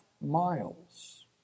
miles